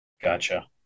Gotcha